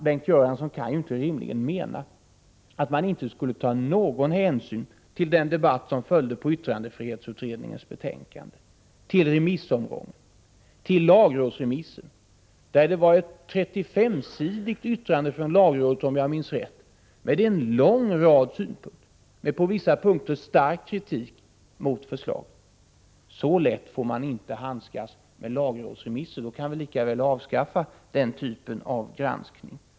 Bengt Göransson kan inte rimligen mena att man inte skulle ta någon hänsyn till den debatt som följde på yttrandefrihetsutredningens betänkande, till remissomgången eller till lagrådsremissen, där vi, om jag minns rätt, fick ett 35-sidigt yttrande med en lång rad synpunkter och en på vissa punkter stark kritik mot förslaget. Så lätt får man inte handskas med lagrådsremisser. Då kan vi lika väl avskaffa den typen av granskning.